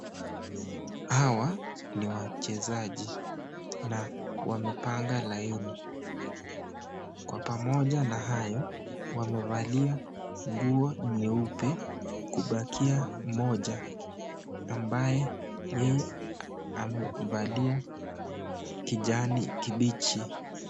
Hawa ni wachezaji na wamepanga laini. Kwa pamoja na hayo, wamevalia nguo nyeupe kubakia moja ambaye yeye amevalia kichani kibichi.